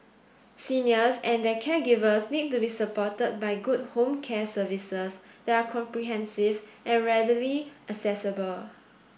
seniors and their caregivers need to be supported by good home care services that are comprehensive and readily accessible